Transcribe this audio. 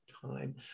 time